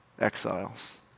exiles